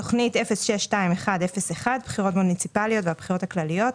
תוכנית 06-21-01 בחירות מוניציפליות והבחירות הכלליות: